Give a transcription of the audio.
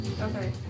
Okay